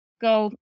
go